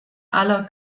aller